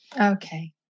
Okay